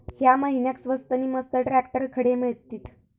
या महिन्याक स्वस्त नी मस्त ट्रॅक्टर खडे मिळतीत?